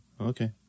Okay